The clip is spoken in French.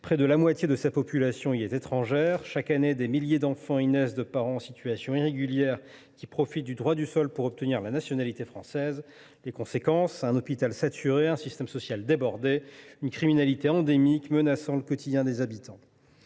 Près de la moitié de sa population est étrangère. Chaque année, des milliers d’enfants y naissent de parents en situation irrégulière, profitant du droit du sol pour obtenir la nationalité française. Les conséquences sont connues : un hôpital saturé, un système social débordé et une criminalité endémique, menaçant le quotidien des habitants.